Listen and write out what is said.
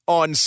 on